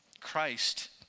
Christ